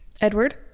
Edward